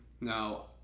Now